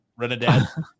Renadad